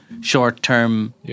short-term